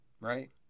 right